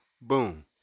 Boom